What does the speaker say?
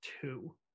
two